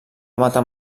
matar